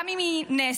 גם אם היא נעשית